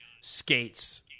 skates